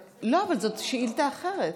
לא, אבל זו שאילתה אחרת.